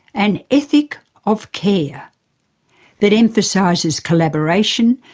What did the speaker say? an ethic of care that emphasises collaboration,